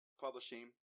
Publishing